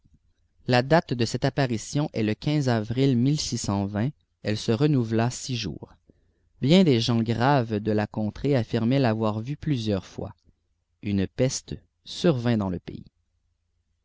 la datedecette apparition est le avril elle se renouvela iririours meii des gens graves de la contrée affirmaient l'avoir vue plusieurs fois une peste survint dans le pays